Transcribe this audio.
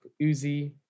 Uzi